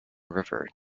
river